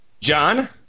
John